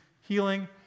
healing